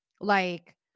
Like-